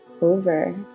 over